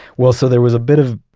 well, so there was a bit of,